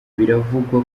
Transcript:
biravugwa